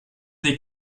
des